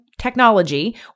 technology